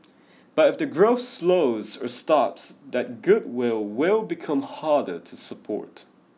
but if the growth slows or stops that goodwill will become harder to support